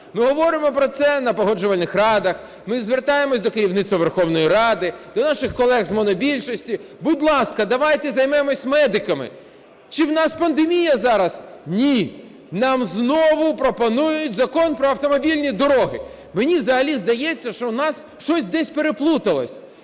Ми говоримо про це на погоджувальних радах, ми звертаємось до керівництва Верховної Ради, до наших колег з монобільшості: будь ласка, давайте займемося медиками. Чи в нас пандемія зараз? Ні! Нам знову пропонують Закон "Про автомобільні дороги". Мені взагалі здається, що у нас щось десь переплуталось: